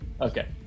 okay